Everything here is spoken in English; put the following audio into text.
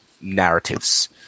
narratives